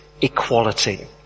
equality